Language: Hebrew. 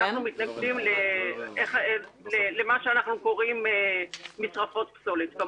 אנחנו מתנגדים למה שאנחנו קוראים משרפות פסולת.